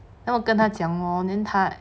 then 我跟他讲 lor then 他